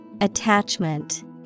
Attachment